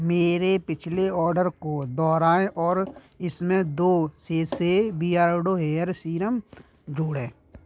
मेरे पिछले आर्डर को दोहराएँ और इसमें दो सैशे बियारदों हेयर सीरम ढूँढे